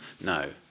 No